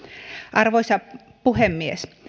arvoisa puhemies